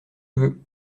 veux